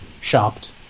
shopped